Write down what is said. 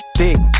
dick